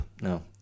no